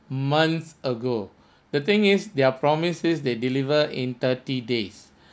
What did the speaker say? months ago the thing is their promises they deliver in thirty days